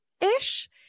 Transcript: ish